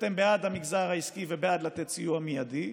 שאתם בעד המגזר העסקי ובעד לתת סיוע מיידי,